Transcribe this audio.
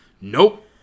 Nope